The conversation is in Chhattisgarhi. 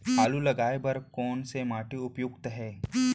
आलू लगाय बर कोन से माटी उपयुक्त हे?